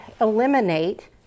eliminate